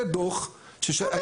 זה הדו"ח, זה הדיון.